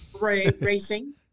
racing